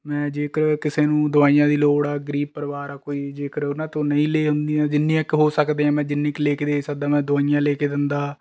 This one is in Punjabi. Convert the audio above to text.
ਮੈਂ ਜੇਕਰ ਕਿਸੇ ਨੂੰ ਦਵਾਈਆਂ ਦੀ ਲੋੇੜ ਹੈ ਗਰੀਬ ਪਰਿਵਾਰ ਹੈ ਕੋਈ ਜੇਕਰ ਉਨ੍ਹਾਂ ਤੋ ਨਹੀਂ ਲੈ ਹੁੰਦੀਆਂ ਜਿੰਨੀਆਂ ਕੁ ਹੋ ਸਕਦਾ ਮੈੈਂ ਜਿੰਨੀ ਕੁ ਲੈ ਕੇ ਦੇ ਸਕਦਾ ਮੈਂ ਦਵਾਈਆਂ ਲੈ ਕੇ ਦਿੰਦਾ